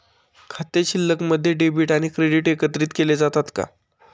खाते शिल्लकमध्ये डेबिट आणि क्रेडिट एकत्रित केले जातात का?